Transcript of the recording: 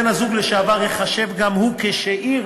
בן-הזוג לשעבר ייחשב גם הוא כשאיר